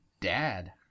dad